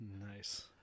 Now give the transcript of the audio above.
Nice